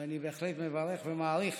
אני בהחלט מברך ומעריך